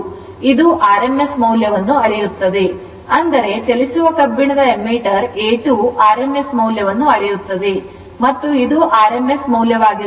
ಆದ್ದರಿಂದ ಅಂದರೆ ಚಲಿಸುವ ಕಬ್ಬಿಣದ ameter A2 rms ಮೌಲ್ಯವನ್ನು ಅಳೆಯುತ್ತದೆ ಮತ್ತು ಇದು rms ಮೌಲ್ಯವಾಗಿರುತ್ತದೆ